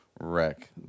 wreck